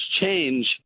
change